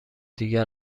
دیگر